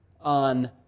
on